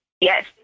Yes